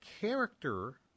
character